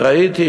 ראיתי,